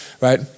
right